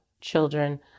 children